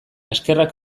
eskerrak